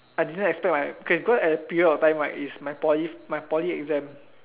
I didn't expect my okay cause at the period of time right is my poly my poly exam